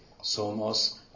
somos